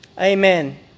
Amen